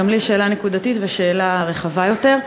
גם לי יש שאלה נקודתית ושאלה רחבה יותר.